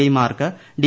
ഐമാർക്ക് D